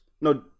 no